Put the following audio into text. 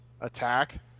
attack